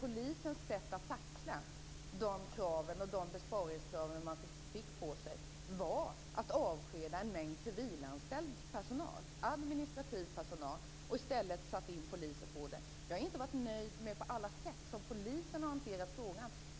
Polisens sätt att tackla de besparingskrav man fick på sig var att avskeda en mängd civilanställd personal. Man avskedade administrativ personal och satte i stället poliser på dessa arbetsuppgifter. Jag har inte varit nöjd med det sätt som Polisen har hanterat frågan på.